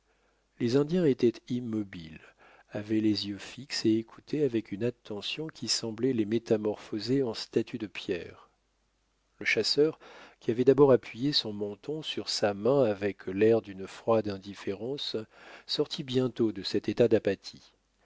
les indiens étaient immobiles avaient les yeux fixes et écoutaient avec une attention qui semblait les métamorphoser en statues de pierre le chasseur qui avait d'abord appuyé son menton sur sa main avec l'air d'une froide indifférence sortit bientôt de cet état d'apathie